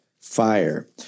fire